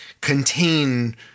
contain